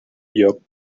lloc